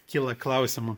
kyla klausimų